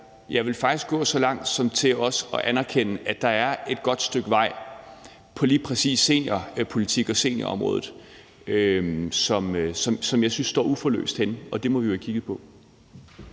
Jeg vil faktisk gå så langt som til også at anerkende, at der er et godt stykke vej på lige præcis seniorpolitik og seniorområdet, som jeg synes står uforløst hen, og det må vi jo have kigget på.